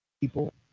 people